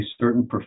certain